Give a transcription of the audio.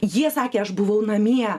jie sakė aš buvau namie